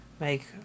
make